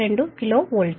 2 KV